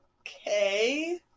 Okay